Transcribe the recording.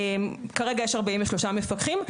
כרגע יש 43 מפקחים.